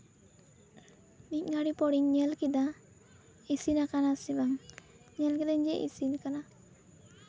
ᱢᱤᱫ ᱜᱷᱟᱹᱲᱤ ᱯᱚᱨᱮᱧ ᱧᱮᱞ ᱠᱮᱫᱟ ᱤᱥᱤᱱ ᱟᱠᱟᱱᱟ ᱥᱮ ᱵᱟᱝ ᱧᱮᱞ ᱠᱮᱫᱟᱹᱧ ᱡᱮ ᱤᱥᱤᱱ ᱟᱠᱟᱱᱟ